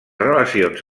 relacions